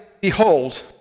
behold